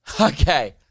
okay